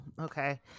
Okay